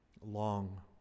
long